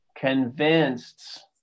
convinced